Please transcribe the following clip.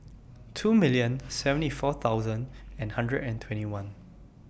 two million seventy four thousand and hundred and twenty one